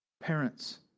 parents